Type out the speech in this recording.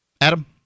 Adam